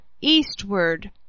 eastward